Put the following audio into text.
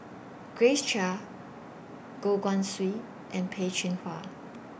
Grace Chia Goh Guan Siew and Peh Chin Hua